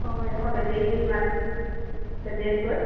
অঁ এইডোখৰ বেটেৰী মাতি বেটেৰীত গৈ